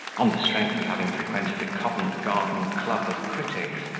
on the strength of having frequented a covent garden club of critics,